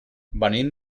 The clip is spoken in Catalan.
venim